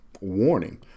warning